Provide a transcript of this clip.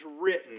written